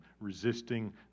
Resisting